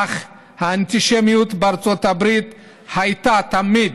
אך האנטישמיות בארצות הברית הייתה תמיד